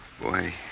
Boy